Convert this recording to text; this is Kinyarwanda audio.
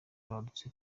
yaratabarutse